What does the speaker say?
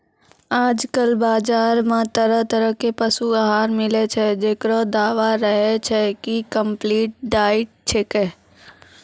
आजकल बाजार मॅ तरह तरह के पशु आहार मिलै छै, जेकरो दावा रहै छै कि कम्पलीट डाइट छेकै